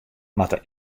moatte